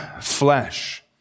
flesh